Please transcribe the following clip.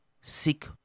sick